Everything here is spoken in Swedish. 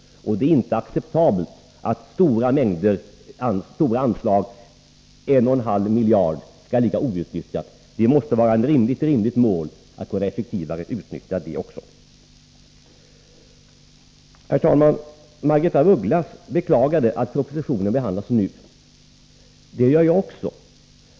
Det är inte acceptabelt att ett så stort anslag som 1,5 miljarder kronor skall ligga outnyttjat. Det måste vara ett rimligt mål att även utnyttja det på ett effektivt sätt. Herr talman! Margaretha af Ugglas beklagade att propositionen behandlas nu. Det gör jag också.